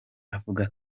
avuga